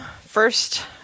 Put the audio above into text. first